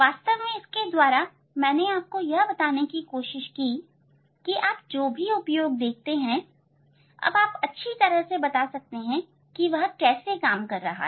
वास्तव में इसके द्वारा मैंने आपको यह बताने की कोशिश की कि आप जो भी उपयोग देखते हैं अब आप अच्छी तरह से बता सकते हैं कि वह कैसे काम कर रहे हैं